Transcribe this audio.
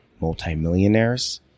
multimillionaires